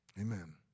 Amen